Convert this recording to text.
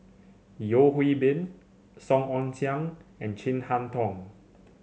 Yeo Hwee Bin Song Ong Siang and Chin Harn Tong